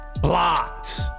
blocked